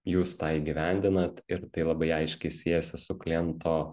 jūs tą įgyvendinat ir tai labai aiškiai siejasi su kliento